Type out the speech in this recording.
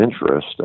interest